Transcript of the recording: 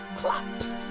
claps